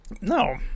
No